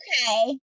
okay